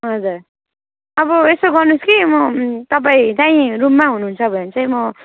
हजुर अब यसो गर्नुहोस् कि म तपाईँ त्यहीँ रुममै हुनुहुन्छ भने चाहिँ म